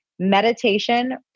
meditation